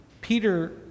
Peter